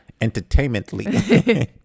entertainmently